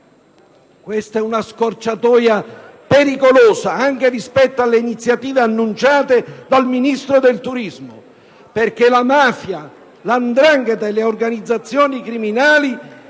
Questa è una scorciatoia pericolosa anche rispetto alle iniziative annunciate dal Ministro per il turismo, perché la mafia, la 'ndrangheta e le organizzazioni criminali